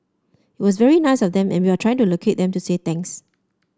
it was very nice of them and we are trying to locate them to say thanks